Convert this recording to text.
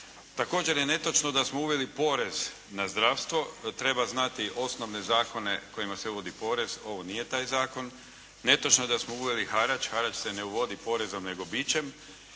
Također je netočno da smo uveli porez na zdravstvo. Treba znati osnovne zakone kojima se uvodi porez. Ovo nije taj zakon. Netočno je da smo uveli harač. Harač se ne uvodi porezom nego bičem.